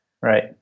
right